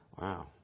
Wow